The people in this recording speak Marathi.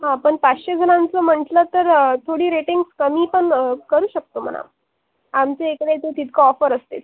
हां पण पाचशेजणांचं म्हटलं तर थोडी रेटिंग्ज कमी पण करू शकतो म्हणा आमच्या इकडे तो तितका ऑफर असतेच